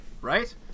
right